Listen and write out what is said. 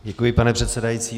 Děkuji, pane předsedající.